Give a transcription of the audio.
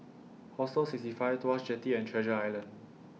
Hostel sixty five Tuas Jetty and Treasure Island